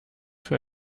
für